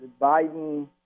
Biden